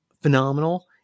phenomenal